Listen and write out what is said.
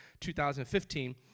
2015